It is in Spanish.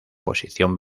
posición